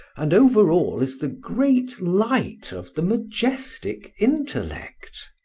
and over all is the great light of the majestic intellect.